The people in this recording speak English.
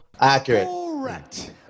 Accurate